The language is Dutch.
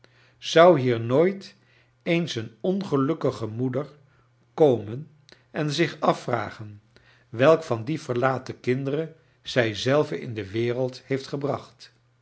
zou hier nooit eens een ongelukkige moeder komen en zicb afvragen welk van die verlaten kinderen zij zelve in de wereld heeft gebracht